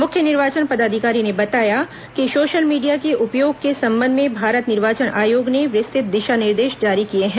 मुख्य निर्वाचन पदाधिकारी ने बताया कि सोशल मीडिया के उपयोग के संबंध में भारत निर्वाचन आयोग ने विस्तृत दिशा निर्देश जारी किए हैं